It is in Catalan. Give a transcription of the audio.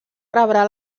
rebrà